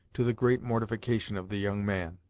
to the great mortification of the young man.